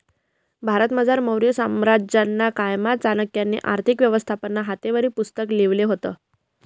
भारतमझार मौर्य साम्राज्यना कायमा चाणक्यनी आर्थिक व्यवस्थानं हातेवरी पुस्तक लिखेल व्हतं